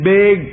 big